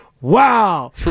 wow